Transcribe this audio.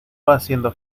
haciendo